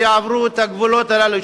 שיעברו את הגבולות הללו,